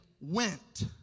went